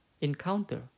encounter